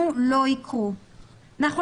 24 ביוני 2020. שמח לפתוח את ישיבת הוועדה .